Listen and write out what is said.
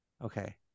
okay